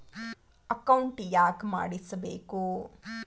Account ಯಾಕ್ ಮಾಡಿಸಬೇಕು?